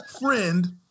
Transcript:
friend